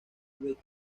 wyatt